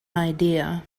idea